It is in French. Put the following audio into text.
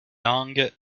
langue